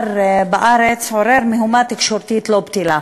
בארץ עורר מהומה תקשורתית לא מבוטלת.